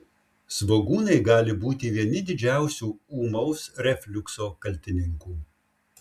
svogūnai gali būti vieni didžiausių ūmaus refliukso kaltininkų